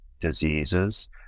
diseases